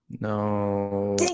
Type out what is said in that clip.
No